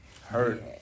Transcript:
Hurt